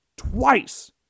twice